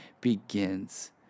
begins